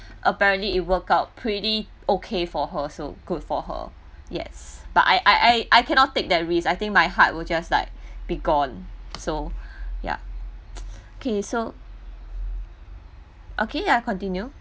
apparently it work out pretty okay for her so good for her yes but I I I I cannot take that risk I think my heart will just like be gone so ya okay so okay ya continue